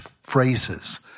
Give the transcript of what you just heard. phrases